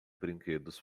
brinquedos